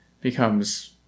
becomes